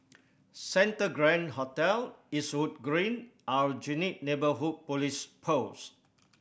Santa Grand Hotel Eastwood Green Aljunied Neighbourhood Police Post